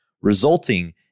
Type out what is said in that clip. resulting